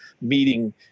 meeting